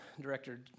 director